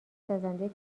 سازنده